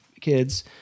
kids